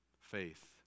Faith